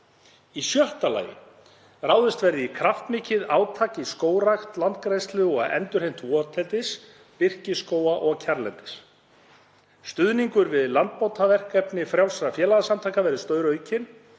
Í sjötta lagi að ráðist verði í kraftmikið átak í skógrækt, landgræðslu og endurheimt votlendis, birkiskóga og kjarrlendis. Stuðningur við landbótaverkefni frjálsra félagasamtaka verði stóraukinn